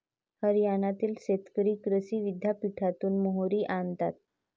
हरियाणातील शेतकरी कृषी विद्यापीठातून मोहरी आणतात